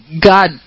God